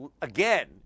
Again